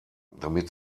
damit